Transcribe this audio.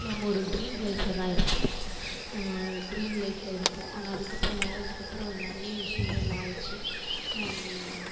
நம்ம ஒரு ட்ரீம் லைஃப்ல தான் இருப்போம் ட்ரீம் லைப்பில் இருப்போம் ஆனால் அதுக்கப்புறம் மேரேஜ்க்கு அப்புறம் நிறைய விஷயங்கள் மாறிச்சு